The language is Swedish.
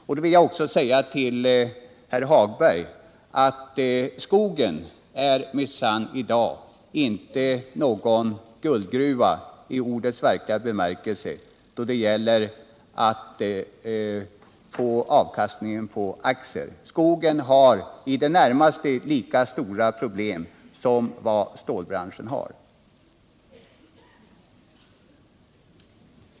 I det sammanhanget vill jag säga till Lars-Ove Hagberg att skogen i dag minsann inte är någon guldgruva då det gäller att få avkastning på aktier. Skogen har i det närmaste lika stora problem som stålbranschen.